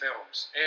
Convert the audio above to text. films